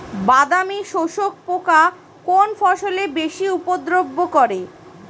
বাদামি শোষক পোকা কোন ফসলে বেশি উপদ্রব করে?